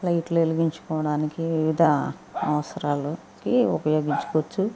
లైట్లు వెలిగించుకోవడానికి వివిధ అవసరాలకి ఉపయోగించుకోవచ్చు